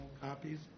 copies